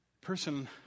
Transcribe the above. person